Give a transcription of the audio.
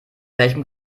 welchem